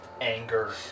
anger